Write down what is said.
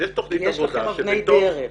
יש לכם אבני דרך.